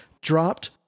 dropped